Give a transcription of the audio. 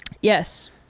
Yes